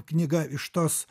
knyga iš tos